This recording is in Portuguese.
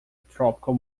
tropical